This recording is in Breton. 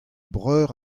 breur